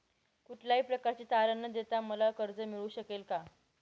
कुठल्याही प्रकारचे तारण न देता मला कर्ज मिळू शकेल काय?